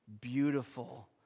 beautiful